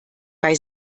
bei